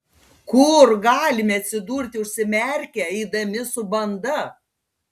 kur galime atsidurti užsimerkę eidami su banda